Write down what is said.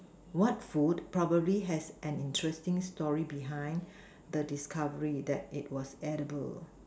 what food probably has an interesting story behind the discovery that it was edible